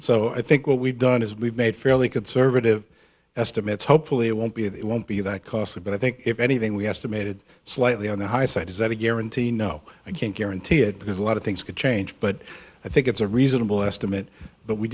so i think what we've done is we've made fairly conservative estimates hopefully it won't be it won't be that costly but i think if anything we have to made it slightly on the high side is that a guarantee no i can't guarantee it because a lot of things could change but i think it's a reasonable estimate but we